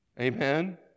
Amen